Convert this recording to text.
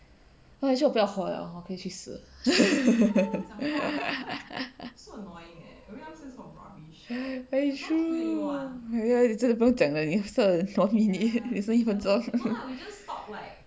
oh actually 我不要活了我可以去死 very true !aiya! 你真的不用讲了你剩了 one minute 你剩下一分钟